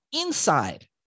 inside